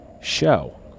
show